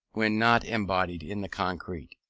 when not embodied in the concrete.